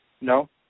No